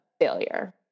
failure